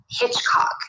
Hitchcock